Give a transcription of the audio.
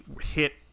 hit